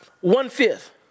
one-fifth